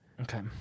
Okay